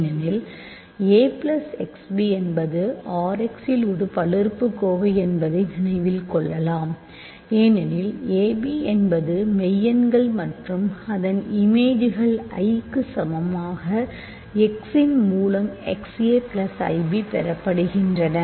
ஏனெனில் a plus xb என்பது Rx இல் ஒரு பல்லுறுப்புக்கோவை என்பதை நினைவில் கொள்ளுங்கள் ஏனெனில் ab என்பது மெய்யெண்கள் மற்றும் அதன் இமேஜ்கள் iக்கு சமமான xஇன்மூலம் xa plus i b பெறப்படுகின்றன